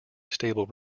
stable